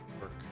work